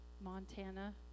Montana